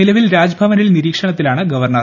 നിലവിൽ രാജ്ഭവനിൽ നിരീക്ഷണത്തിലാണ് ഗവർണർ